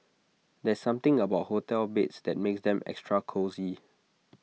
there's something about hotel beds that makes them extra cosy